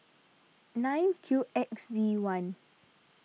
nine Q X D one